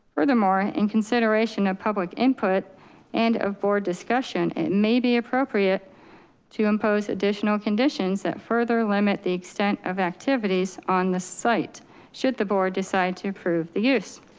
furthermore, in consideration of public input and of board discussion, it may be appropriate to impose additional conditions that further limit the extent of activities on the site should the board decide to approve the use.